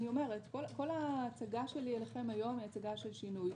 כל ההצגה שלי אליכם היום היא הצגה של שינוי.